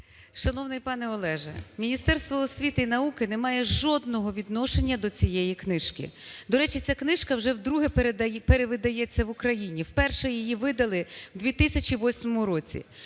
Шановний пане Олеже, Міністерство освіти і науки немає жодного відношення до цієї книжки. До речі, ця книжка вже вдруге перевидається в Україні. Вперше її видали в 2008 році.